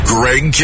Greg